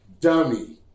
Dummy